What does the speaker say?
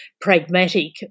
pragmatic